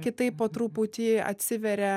kitaip po truputį atsiveria